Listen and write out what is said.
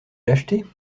l’acheter